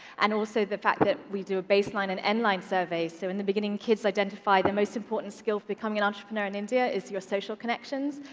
and also the fact that we do a baseline and endline survey. so in the beginning, kids identify the most important skill for becoming an entrepreneur in india is your social connections.